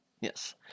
Yes